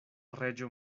reĝo